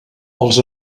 els